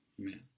Amen